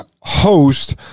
host